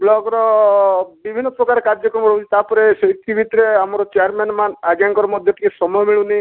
ବ୍ଲକର ବିଭିନ୍ନ ପ୍ରକାର କାର୍ଯ୍ୟକ୍ରମ ରହୁଛି ତାପରେ ସେଠି ଭିତରେ ଆମର ଚେୟାରମେନ୍ ମ୍ୟାମ୍ ଆଜ୍ଞାଙ୍କର ବି ଟିକେ ସମୟ ମିଳୁନି